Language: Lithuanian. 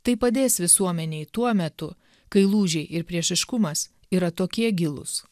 tai padės visuomenei tuo metu kai lūžiai ir priešiškumas yra tokie gilūs